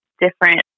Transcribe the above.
different